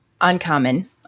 uncommon